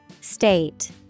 State